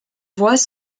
voix